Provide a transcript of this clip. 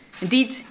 Indeed